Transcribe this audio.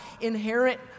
inherent